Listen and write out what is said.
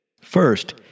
First